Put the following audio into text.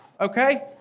okay